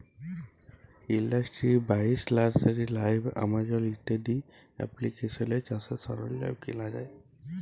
industry বাইশ, nursery লাইভ, আমাজল ইত্যাদি এপ্লিকেশলে চাষের সরল্জাম কিলা যায়